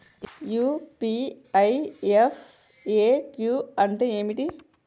UPI FAQ అంటే ఏమిటి?